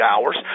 hours